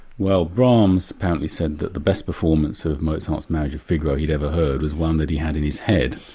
well brahms apparently said that the best performance of mozart's marriage of figaro he'd ever heard was one that he had in his head,